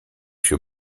się